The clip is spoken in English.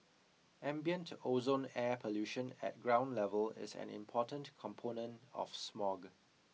ambient ozone air pollution at ground level is an important component of smog